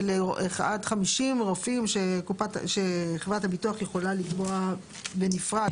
של עד 50 רופאים שחברת הביטוח יכולה לקבוע בנפרד.